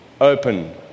open